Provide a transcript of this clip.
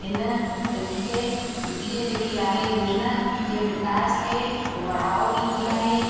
हिन इकजे इहे जेकी आहे योजना इहे विकास खे पढ़ाव ॾींदी आहे